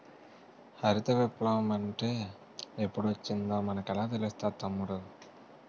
హరిత విప్లవ మంటే ఎప్పుడొచ్చిందో మనకెలా తెలుస్తాది తమ్ముడూ?